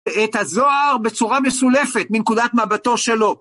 את הזוהר בצורה מסולפת מנקודת מבטו שלו.